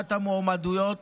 הגשת המועמדויות,